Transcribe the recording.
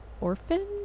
orphan